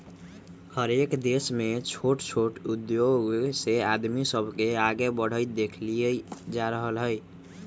हरएक देश में छोट छोट उद्धोग से आदमी सब के आगे बढ़ईत देखल जा रहल हई